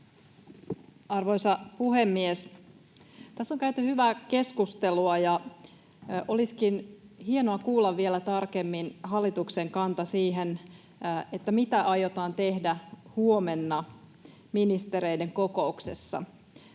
Arvoisa puhemies! Tässä on käyty hyvää keskustelua, ja olisikin hienoa kuulla vielä tarkemmin hallituksen kanta siihen, mitä aiotaan tehdä huomenna ministereiden kokouksessa.